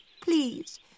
Please